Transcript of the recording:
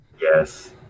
Yes